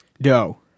dough